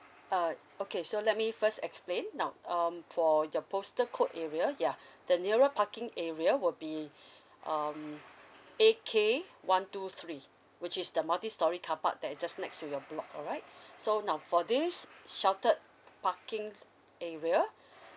uh okay so let me first explain now um for your postal code area ya the nearer parking area will be um A K one two three which is the multi storey carpark that is just next to your block alright so now for this sheltered parking area